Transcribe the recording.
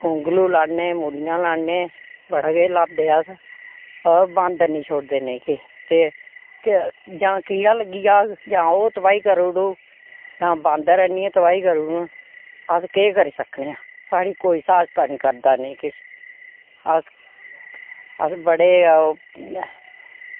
गुंगलु लान्ने मुलियां लान्ने बड़ा किश लांदे अस अवा बांदर निं छुड़दे नेईं किश ते जां कीड़ा लग्गी जाह्ग जां ओह् तबाही करी ओड़दा जां बांदर आनियै तबाही करी ओड़ङन अस केह् करी सकने आं साढ़ी कोई सहायता निं करदा नेईं किश अस बड़े ओह्